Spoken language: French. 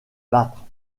battre